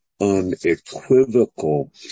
unequivocal